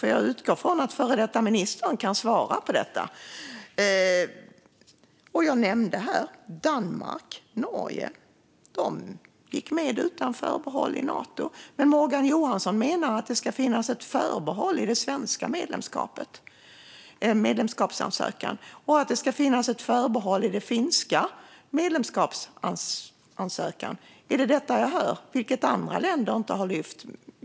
Jag utgår nämligen från att före detta ministern kan svara på frågorna. Jag nämnde Danmark och Norge, som gick med i Nato utan förbehåll. Morgan Johansson menar dock att det ska finnas ett förbehåll i den svenska medlemskapsansökan och att det ska finnas ett förbehåll i den finska medlemskapsansökan, vilket andra länder inte har lyft. Är det detta jag hör?